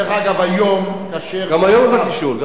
גם היום הוא עובר תשאול.